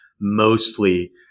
mostly